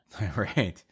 Right